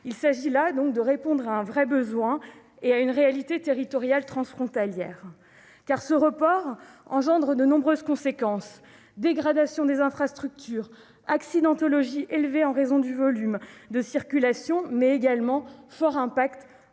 Il s'agit donc de répondre à un besoin et à une réalité territoriale transfrontalière, car ce report engendre de nombreuses conséquences, comme la dégradation des infrastructures, une accidentologie élevée en raison du volume de circulation, mais également un fort impact